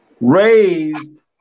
raised